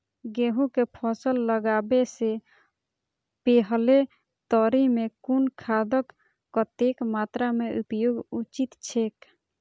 गेहूं के फसल लगाबे से पेहले तरी में कुन खादक कतेक मात्रा में उपयोग उचित छेक?